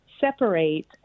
separate